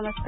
नमस्कार